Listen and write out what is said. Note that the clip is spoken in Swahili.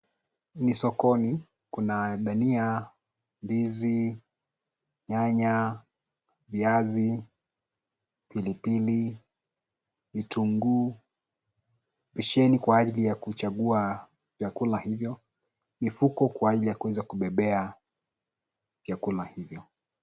Ni sokoni. Kuna dania, ndizi, nyanya, viazi, pilipili, vitunguu, besheni kwa ajili ya kuchagua vyakula hivyo mifuko kwa ajili ya kuweza kubebea vyakula hivyo.